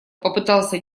попытался